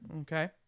Okay